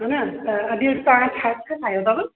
है न त अॼु तव्हां छा छा ठाहियो अथव